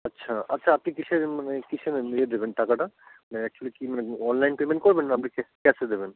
আচ্ছা আচ্ছা আপনি কীসে মানে কীসে ইয়ে দেবেন টাকাটা মানে অ্যাকচুলি কী মানে অনলাইন পেমেন্ট করবেন না আপনি ক্যাশে দেবেন